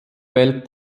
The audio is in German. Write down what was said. welt